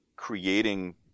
creating